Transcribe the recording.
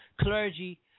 clergy